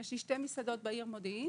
יש לי שתי מסעדות בעיר מודיעין,